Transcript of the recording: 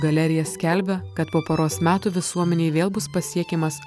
galerija skelbia kad po poros metų visuomenei vėl bus pasiekiamas